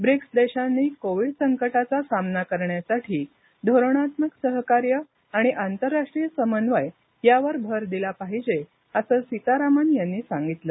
BRICS देशांनी COVID संकटाचा सामना करण्यासाठी धोरणात्मक सहकार्य आणि आंतरराष्ट्रीय समन्वय यावर भर दिला पाहिजे असं सीतारामन यांनी सांगितलं